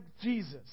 Jesus